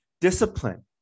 Discipline